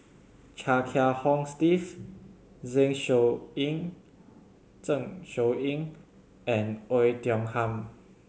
Chia Kiah Hong Steve Zen Shouyin Zeng Shouyin and Oei Tiong Ham